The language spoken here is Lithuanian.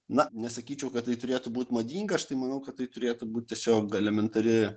na nesakyčiau kad tai turėtų būt madinga aš tai manau kad tai turėtų būt tiesiog elementari